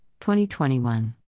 2021